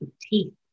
teeth